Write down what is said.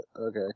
Okay